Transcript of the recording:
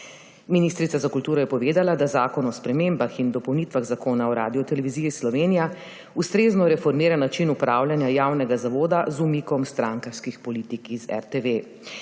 Ministrica za kulturo je povedala, da Zakon o spremembah in dopolnitvah Zakona o Radioteleviziji Slovenija ustrezno reformira način upravljanja javnega zavoda z umikom strankarskih politik iz RTV.